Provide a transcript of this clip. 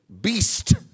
Beast